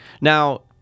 Now